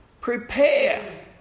prepare